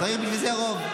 צריך בשביל זה רוב.